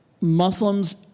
Muslims